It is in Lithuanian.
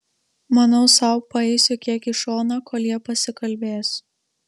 manau sau paeisiu kiek į šoną kol jie pasikalbės